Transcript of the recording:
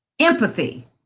empathy